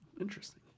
Interesting